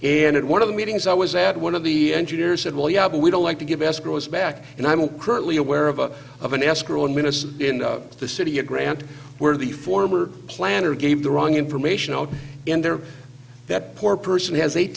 and in one of the meetings i was at one of the engineers said well yeah but we don't like to give us grows back and i don't currently aware of a of an escrow minister in the city a grant where the former planner gave the wrong information in there that poor person has eight